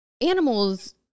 animals